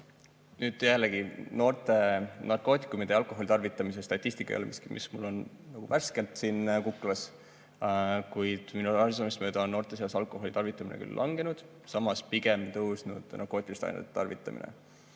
Nüüd jällegi, noorte narkootikumide ja alkoholi tarvitamise statistika ei ole miski, mis mul on värskelt siin kuklas. Kuid minu arusaamist mööda on noorte seas alkoholi tarvitamine küll langenud, aga samas pigem on tõusnud narkootiliste ainete tarvitamine.